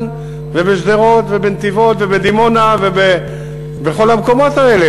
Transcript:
ובשדרות ובנתיבות ובדימונה ובכל המקומות האלה?